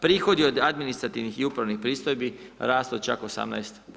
Prihodi od administrativnih i upravnih pristojbi, rast od čak 18%